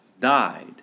died